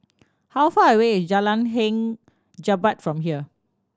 how far away is Jalan Hang Jebat from here